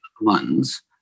ones